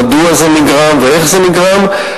מדוע זה נגרם ואיך זה נגרם,